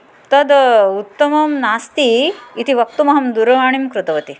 तद् उत्तमं नास्ति इति वक्तुमहं दूरवाणीं कृतवती